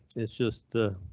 it's just.